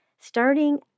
Starting